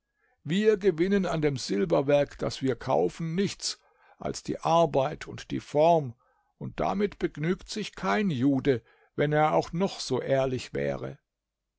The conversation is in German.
wir gewinnen an dem silberwerk das wir kaufen nichts als die arbeit und die form und damit begnügt sich kein jude wenn er auch noch so ehrlich wäre